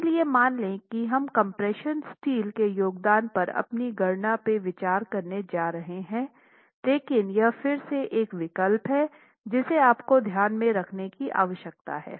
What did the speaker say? इसलिए मान लें कि हम कम्प्रेशन स्टील के योगदान पर अपनी गणना में विचार करने जा रहे हैं लेकिन यह फिर से एक विकल्प है जिसे आपको ध्यान में रखने की आवश्यकता है